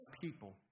people